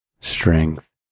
strength